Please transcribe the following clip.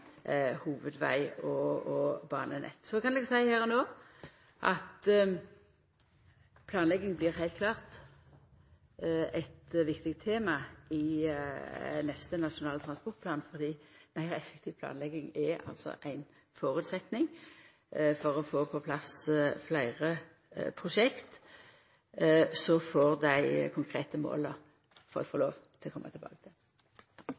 hovudveg- og banenett. Så kan eg seia her og no at planlegging heilt klart blir eit viktig tema i neste Nasjonal transportplan, fordi meir effektiv planlegging er ein føresetnad for å få på plass fleire prosjekt. Dei konkrete måla må eg få lov til å koma tilbake til.